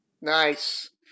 Nice